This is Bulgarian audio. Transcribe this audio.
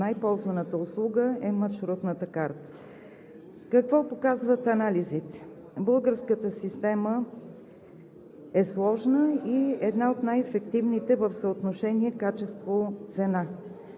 най-ползваната услуга е маршрутната карта. Какво показват анализите? Българската система е сложна и е една от най-ефективните в съотношение качество/цена.